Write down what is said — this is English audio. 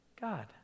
God